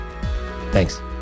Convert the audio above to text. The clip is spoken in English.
Thanks